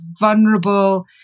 vulnerable